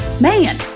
Man